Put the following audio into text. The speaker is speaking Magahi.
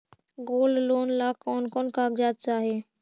गोल्ड लोन ला कौन कौन कागजात चाही?